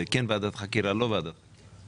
אם כן ועדת חקירה או לא ועדת חקירה.